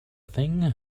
thing